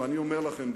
ואני אומר לכם,